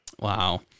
Wow